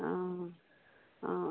অঁ অঁ